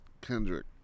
Kendrick